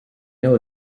know